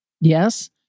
Yes